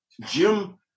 Jim